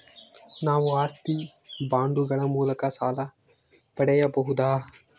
ನಾವು ಆಸ್ತಿ ಬಾಂಡುಗಳ ಮೂಲಕ ಸಾಲ ಪಡೆಯಬಹುದಾ?